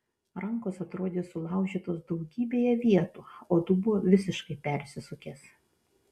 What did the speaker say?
rankos atrodė sulaužytos daugybėje vietų o dubuo visiškai persisukęs